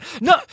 No